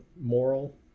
moral